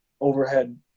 overhead